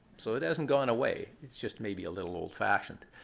so it hasn't gone away. it's just maybe a little old fashioned.